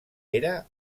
era